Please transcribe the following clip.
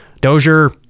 Dozier